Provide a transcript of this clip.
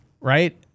Right